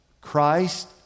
Christ